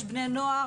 יש בני נוער.